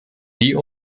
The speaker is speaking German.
die